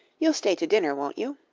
you'll stay to dinner, won't you?